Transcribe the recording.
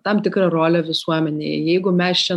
tam tikrą rolę visuomenėj jeigu mes čia